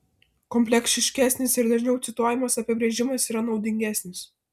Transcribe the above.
kompleksiškesnis ir dažniau cituojamas apibrėžimas yra naudingesnis